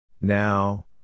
Now